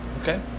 okay